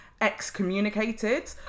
excommunicated